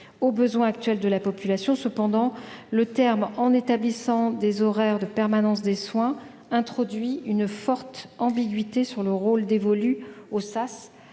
aux besoins actuels de la population. Toutefois, l'expression « en établissant des horaires de permanence des soins » introduit une forte ambiguïté sur le rôle dévolu aux SAS